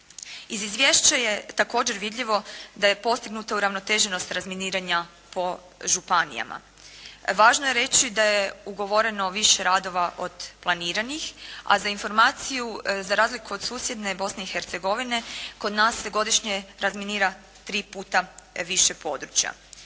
Iz izvješća je također vidljivo da je postignuta uravnoteženost razminiranja po županijama. Važno je reći da je ugovoreno više radova od planiranih a za informaciju za razliku od susjedne Bosne i Hercegovine kod nas se godišnje razminira tri puta više područja.